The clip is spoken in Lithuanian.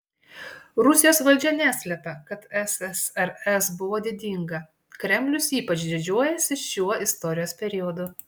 rusijos valdžia neslepia kad ssrs buvo didinga kremlius ypač didžiuojasi šiuo istorijos periodu